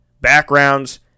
backgrounds